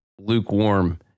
lukewarm